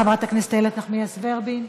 חברת הכנסת איילת נחמיאס ורבין,